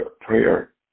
prayer